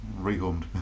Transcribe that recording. rehomed